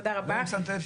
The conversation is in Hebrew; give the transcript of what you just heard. תודה רבה.